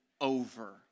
over